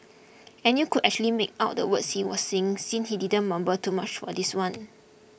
and you could actually make out the words he was singing since he didn't mumble too much for this one